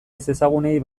ezezagunei